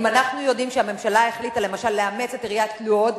אם אנחנו יודעים שהממשלה החליטה למשל לאמץ את עיריית לוד,